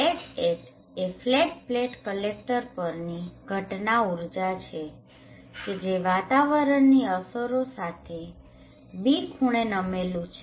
Hat એ flat plate collector પરની ઘટના ઊર્જા છે કે જે વાતાવરણની અસરો સાથે β ખૂણે નમેલું છે